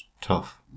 tough